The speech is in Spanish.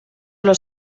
los